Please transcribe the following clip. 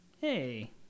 Hey